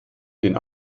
den